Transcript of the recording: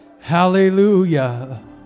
Hallelujah